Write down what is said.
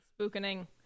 Spookening